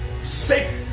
sick